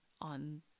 on